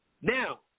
now